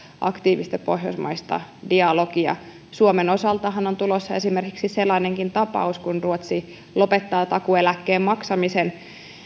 aktiivista pohjoismaista dialogia suomen osaltahan on tulossa esimerkiksi sellainenkin tapaus kun ruotsi lopettaa takuueläkkeen maksamisen